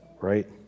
right